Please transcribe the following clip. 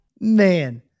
man